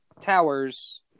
towers